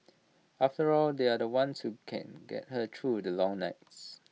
after all they are the ones who can get her through the long nights